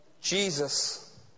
Jesus